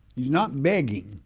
he's not begging,